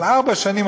אבל ארבע שנים,